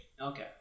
okay